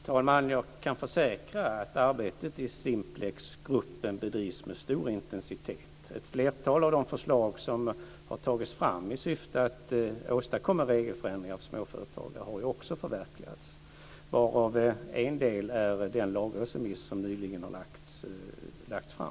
Fru talman! Jag kan försäkra att arbetet i Simplexgruppen bedrivs med stor intensitet. Ett flertal av de förslag som har tagits fram i syfte att åstadkomma regelförändringar för småföretagare har ju också förverkligats. En del av detta är den lagrådsremiss som nyligen har lagts fram.